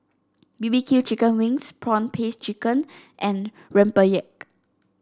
B B Q Chicken Wings prawn paste chicken and Rempeyek